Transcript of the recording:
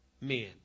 men